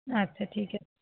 আচ্ছা ঠিক আছে